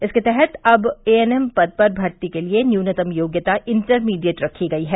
इसके तहत अब ए एनएम पद पर भर्ती के लिये न्यूनतम योग्यता इण्टरमीडिएट रखी गई है